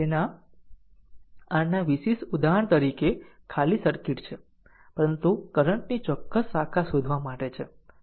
તેના r ના વિશેષ ઉદાહરણ તરીકે ખાલી સર્કિટ છે પરંતુ કરંટ ની ચોક્કસ શાખા શોધવા માટે છે